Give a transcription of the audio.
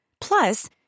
Plus